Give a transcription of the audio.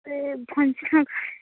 ସେ ଭଞ୍ଜ